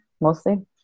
mostly